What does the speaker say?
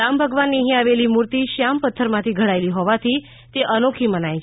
રામ ભગવાનની અહી આવેલી મુર્તિ શ્યામ પથ્થર માથી ઘડાયેલી હોવાથી તે અનોખી મનાય છે